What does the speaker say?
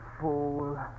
fool